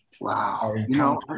Wow